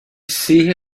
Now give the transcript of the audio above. see